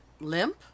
limp